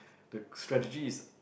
the strategy is